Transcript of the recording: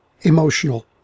emotional